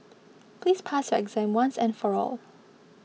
please pass exam once and for all